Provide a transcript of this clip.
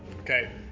okay